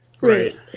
right